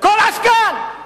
כל עסקן.